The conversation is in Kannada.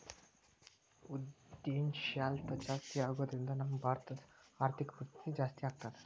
ಉದ್ಯಂಶೇಲ್ತಾ ಜಾಸ್ತಿಆಗೊದ್ರಿಂದಾ ನಮ್ಮ ಭಾರತದ್ ಆರ್ಥಿಕ ಪರಿಸ್ಥಿತಿ ಜಾಸ್ತೇಆಗ್ತದ